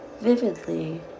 vividly